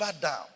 down